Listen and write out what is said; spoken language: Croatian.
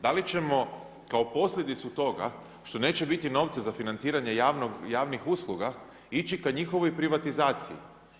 Da li ćemo kao posljedicu toga što neće biti novca za financiranje javnih usluga ići ka njihovoj privatizaciji.